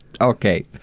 okay